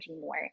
more